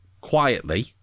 quietly